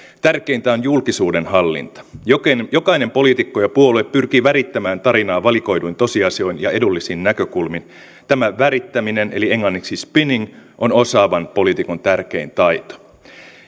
tärkeintä on julkisuudenhallinta jokainen poliitikko ja puolue pyrkii värittämään tarinaa valikoiduin tosiasioin ja edullisin näkökulmin tämä värittäminen eli englanniksi spinning on osaavan poliitikon tärkein taito